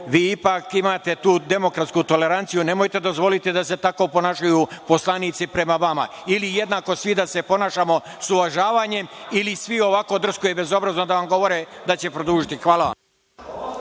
vi ipak imate tu demokratsku toleranciju, nemojte dozvoliti da se tako ponašaju poslanici prema vama. Ili jednako svi da se ponašamo sa uvažavanjem ili svi ovako drsko i bezobrazno da vam govore, da će produžiti. Hvala vam.